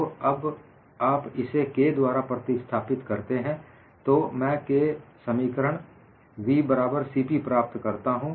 तो जब आप इसे k द्वारा प्रतिस्थापित करते हैं तो मैं समीकरण v बराबर CP प्राप्त करता हूं